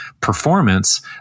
performance